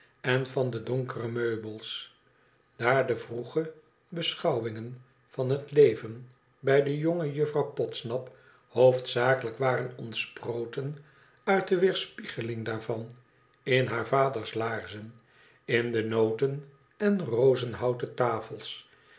en van de donkere meubels daar de vroege beschouwingen van het leven bij de jonge juffrouw podsnap hoofdzakelijk waren ontsproten uit de weerspiegeling daarvan in haar vaders laarzen in de noten en rozenhouten tafels